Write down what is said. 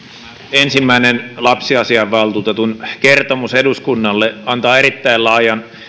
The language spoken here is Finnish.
ensimmäinen lapsiasiainvaltuutetun kertomus eduskunnalle antaa erittäin laajan